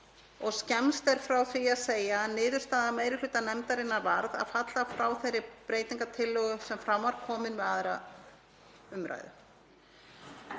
Skemmst er frá því að segja að niðurstaða meiri hluta nefndarinnar varð að falla frá þeirri breytingartillögu sem fram var komin við 2. umræðu